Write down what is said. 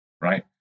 right